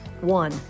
One